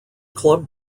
club